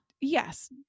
Yes